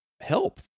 help